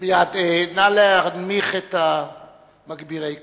נא להנמיך את מגבירי הקול.